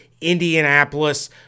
Indianapolis